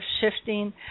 shifting